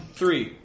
three